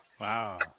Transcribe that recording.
Wow